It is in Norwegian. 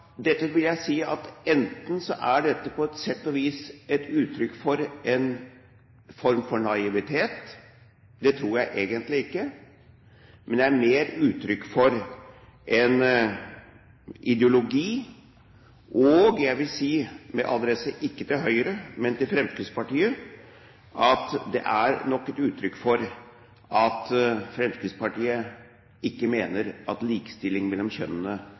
dette på sett og vis et uttrykk for en form for naivitet – det tror jeg egentlig ikke – eller, og det tror jeg mer, det er uttrykk for en ideologi. Og jeg vil si – med adresse ikke til Høyre, men til Fremskrittspartiet – at det nok er et uttrykk for at Fremskrittspartiet ikke mener at likestilling mellom kjønnene